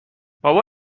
بابا